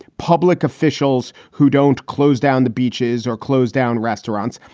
public officials who don't close down the beaches or close down restaurants.